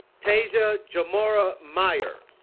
taija jomara myers